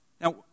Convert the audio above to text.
now